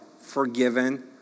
Forgiven